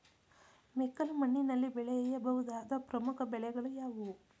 ಮೆಕ್ಕಲು ಮಣ್ಣಿನಲ್ಲಿ ಬೆಳೆಯ ಬಹುದಾದ ಪ್ರಮುಖ ಬೆಳೆಗಳು ಯಾವುವು?